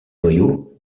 noyau